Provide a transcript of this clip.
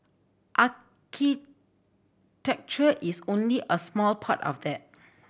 architecture is only a small part of that